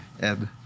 Ed